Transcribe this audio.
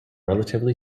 relatively